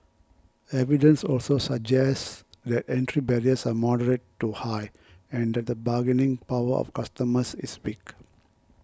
evidence also suggests that entry barriers are moderate to high and the bargaining power of customers is weak